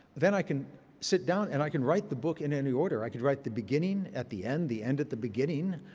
then i can sit down, and i can write the book in any order. order. i can write the beginning at the end, the end at the beginning.